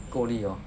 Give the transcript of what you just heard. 够力 orh